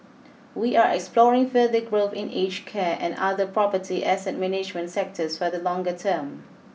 we are exploring further growth in aged care and other property asset management sectors for the longer term